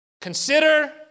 Consider